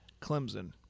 Clemson